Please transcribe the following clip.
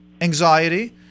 anxiety